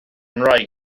ngwraig